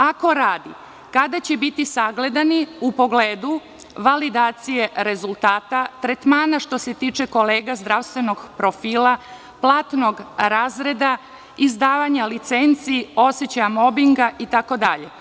Ako radi, kada će biti sagledani u pogledu validacije rezultata tretmana, što se tiče kolega zdravstvenog profila, platnog razreda, izdavanja licenci, osećaja mobinga itd?